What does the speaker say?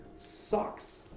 sucks